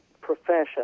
profession